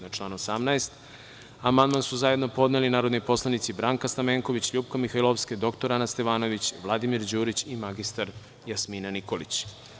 Na član 18. amandman su zajedno podneli narodni poslanici Branka Stamenković, LJupka Mihajlovska, dr. Ana Stevanović, Vladimir Đurić i mr Jasmina Nikolić.